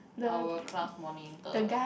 our class monitor